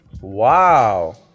Wow